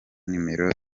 nimero